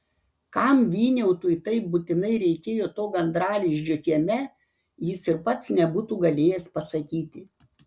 kam vyniautui taip būtinai reikėjo to gandralizdžio kieme jis ir pats nebūtų galėjęs pasakyti